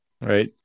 Right